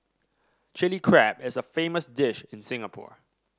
Chilli Crab is a famous dish in Singapore